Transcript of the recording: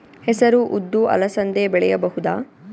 ಹೆಸರು ಉದ್ದು ಅಲಸಂದೆ ಬೆಳೆಯಬಹುದಾ?